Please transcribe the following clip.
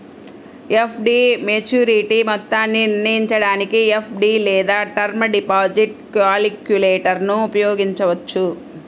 FD maturity మొత్తాన్ని నిర్ణయించడానికి FD లేదా టర్మ్ డిపాజిట్ క్యాలిక్యులేటర్ను ఉపయోగించవచ్చు